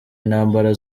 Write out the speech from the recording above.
intambara